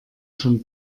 schon